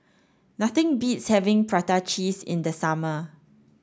nothing beats having prata cheese in the summer